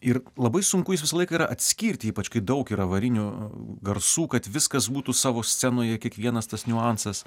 ir labai sunku juos visą laiką yra atskirti ypač kai daug yra varinių garsų kad viskas būtų savo scenoje kiekvienas tas niuansas